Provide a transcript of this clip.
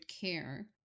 care